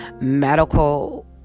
medical